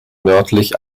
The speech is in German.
nördlich